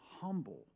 humble